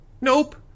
Nope